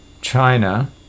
China